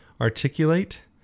articulate